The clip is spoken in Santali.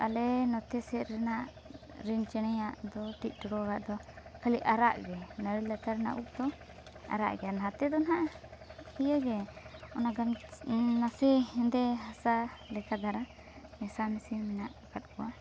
ᱟᱞᱮ ᱱᱚᱛᱮ ᱥᱮᱫ ᱨᱮᱱᱟᱜ ᱨᱤᱱ ᱪᱮᱬᱮᱭᱟᱜ ᱫᱚ ᱴᱤᱜᱼᱴᱚᱲᱚᱜᱟᱜ ᱫᱚ ᱠᱷᱟᱞᱤ ᱟᱨᱟᱜ ᱜᱮ ᱱᱟᱨᱩ ᱞᱟᱛᱟᱨ ᱨᱮᱱᱟᱜ ᱩᱵ ᱫᱚ ᱟᱨᱟᱜ ᱜᱮᱭᱟ ᱞᱟᱦᱟᱛᱮ ᱫᱚ ᱱᱟᱜ ᱤᱭᱟᱹᱜᱮ ᱚᱱᱟ ᱜᱟᱝ ᱱᱟᱥᱮ ᱦᱮᱸᱫᱮ ᱦᱟᱥᱟ ᱞᱮᱠᱟ ᱫᱷᱟᱨᱟ ᱢᱮᱥᱟ ᱢᱤᱥᱤ ᱢᱮᱱᱟᱜ ᱟᱠᱟᱫ ᱠᱚᱣᱟ